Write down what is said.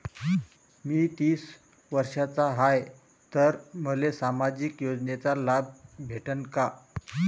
मी तीस वर्षाचा हाय तर मले सामाजिक योजनेचा लाभ भेटन का?